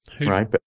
Right